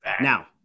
Now